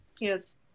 Yes